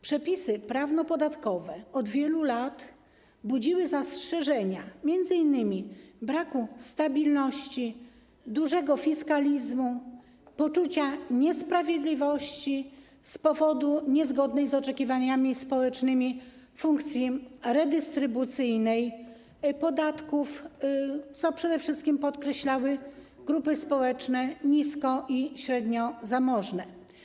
Przepisy prawnopodatkowe od wielu lat budziły zastrzeżenia m.in. w kwestii braku stabilności, dużego fiskalizmu oraz poczucia niesprawiedliwości z powodu niezgodnej z oczekiwaniami społecznymi funkcji redystrybucyjnej podatków, co przede wszystkim podkreślały grupy społeczne nisko- i średniozamożne.